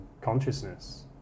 consciousness